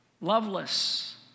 loveless